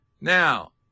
Now